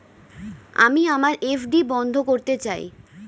আমি আমার এফ.ডি বন্ধ করতে চাই